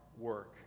work